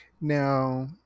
Now